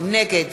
נגד